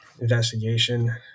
investigation